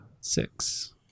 six